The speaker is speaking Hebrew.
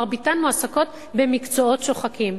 מרביתן מועסקות במקצועות שוחקים,